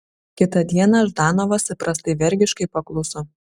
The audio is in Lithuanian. kitą dieną ždanovas įprastai vergiškai pakluso